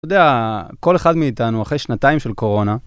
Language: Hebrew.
אתה יודע, כל אחד מאיתנו אחרי שנתיים של קורונה...